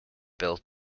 built